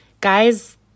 Guys